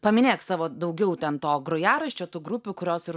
paminėk savo daugiau ten to grojaraščio tų grupių kurios ir